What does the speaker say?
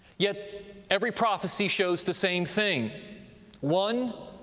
yet every prophecy shows the same thing one.